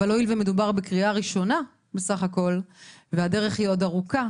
אבל הואיל ומדובר בקריאה ראשונה בסך הכול והדרך היא עוד ארוכה,